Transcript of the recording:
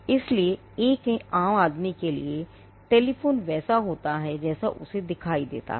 इसलिए एक आम आदमी के लिए एक टेलीफोन वैसा होता हैजैसा उसे दिखाई देता है